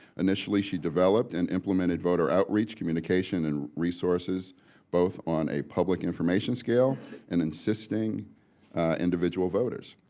initially she developed and implemented voter outreach, communication, and resources both on a public information scale and assisting individual voters.